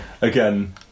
Again